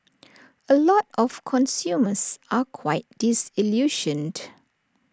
A lot of consumers are quite disillusioned